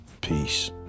Peace